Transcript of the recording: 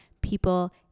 people